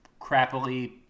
crappily